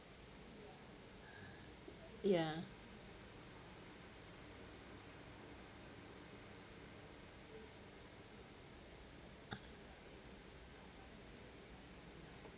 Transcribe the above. ya